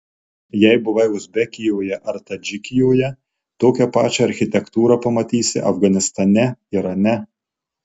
jei buvai uzbekijoje ar tadžikijoje tokią pačią architektūrą pamatysi afganistane irane